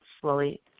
slowly